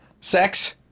sex